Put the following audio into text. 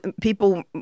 people